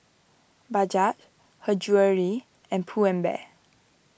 Bajaj Her Jewellery and Pull and Bear